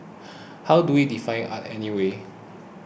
how do we define art anyway